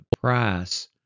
price